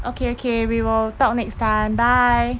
okay okay we will talk next time bye